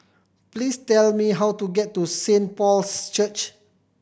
please tell me how to get to Saint Paul's Church